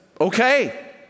okay